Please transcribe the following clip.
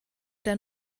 der